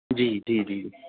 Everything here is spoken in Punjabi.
ਜੀ ਜੀ ਜੀ